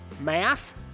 math